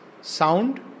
sound